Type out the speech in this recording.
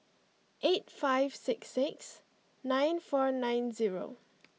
eight five six six nine four nine zero